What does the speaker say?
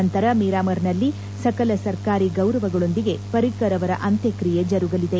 ನಂತರ ಮಿರಾಮರ್ ನಲ್ಲಿ ಸಕಲ ಸರ್ಕಾರಿ ಗೌರವಗಳೊಂದಿಗೆ ಪರಿಕ್ಕರ್ ಅವರ ಅಂತ್ಯಕ್ರಿಯೆ ಜರುಗಲಿದೆ